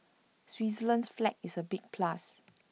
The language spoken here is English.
Switzerland's flag is A big plus